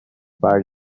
part